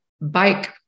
bike